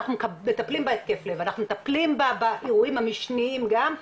אנחנו מטפלים באירועים המשניים גם,